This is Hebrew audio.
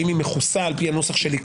האם היא מכוסה על פי הנוסח שלי,